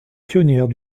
pionnières